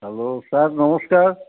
hello sir ନମସ୍କାର